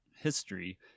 history